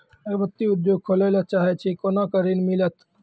अगरबत्ती उद्योग खोले ला चाहे छी कोना के ऋण मिलत?